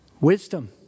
Wisdom